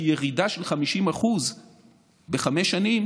כי ירידה של 50% במשך חמש שנים